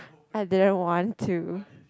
I didn't want to